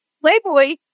Playboy